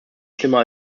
schlimmer